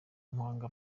muhanga